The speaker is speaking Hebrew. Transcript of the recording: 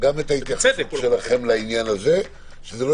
זאת השאלה.